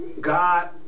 God